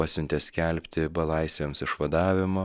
pasiuntė skelbti belaisviams išvadavimo